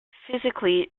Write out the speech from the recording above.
physically